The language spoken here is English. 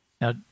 Now